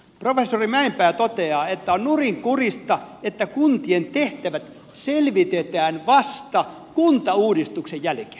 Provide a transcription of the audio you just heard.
professori mäenpää toteaa että on nurinkurista että kuntien tehtävät selvitetään vasta kuntauudistuksen jälkeen